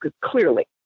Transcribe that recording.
clearly